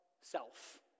self